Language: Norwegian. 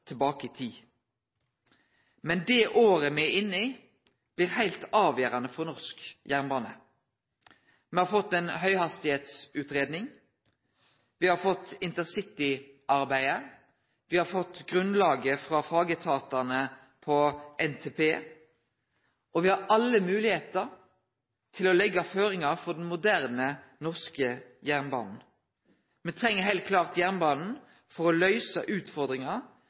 tilbake i tid. Men det året me er inne i, blir heilt avgjerande for norsk jernbane. Me har fått ei høghastigheitsutgreiing. Me har fått intercityarbeidet. Me har fått grunnlaget frå fagetatane om NTP, og me har alle moglegheiter til å leggje føringar for den moderne norske jernbanen. Me treng heilt klart jernbanen for å løyse utfordringar